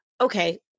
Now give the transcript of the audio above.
Okay